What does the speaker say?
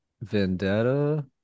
vendetta